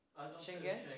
Schengen